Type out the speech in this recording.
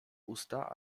usta